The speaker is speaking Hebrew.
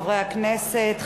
חברי הכנסת,